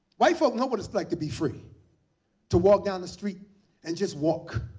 white folk know what it's like to be free to walk down the street and just walk.